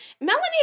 Melanie